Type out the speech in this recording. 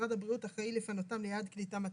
שמשרד הבריאות אחראי לפנותם ליעד קליטה מתאים.